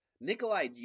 Nikolai